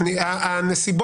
שזה לא